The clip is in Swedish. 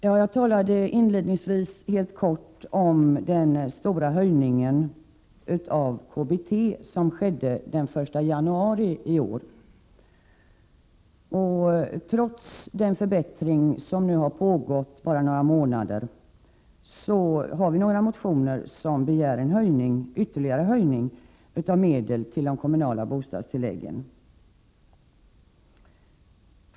Jag talade inledningsvis helt kort om den stora höjning av KBT som skedde den 1 januari i år. Trots den förbättring som vi nu har kunnat konstatera under några månader, finns det motioner där man begär ytterligare en höjning av medlen till de kommunala bostadstilläggen.